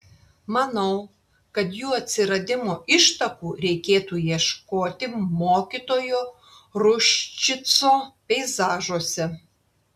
manau kad jų atsiradimo ištakų reikėtų ieškoti mokytojo ruščico peizažuose